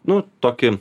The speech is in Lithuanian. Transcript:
nu tokį